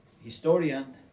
historian